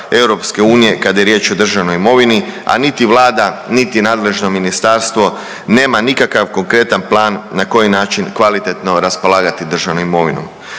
država EU kada je riječ o državnoj imovini, a niti Vlada niti nadležno ministarstvo nego nikakav konkretan plan na koji način kvalitetno raspolagati državnom imovinom.